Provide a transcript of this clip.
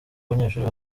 abanyeshuri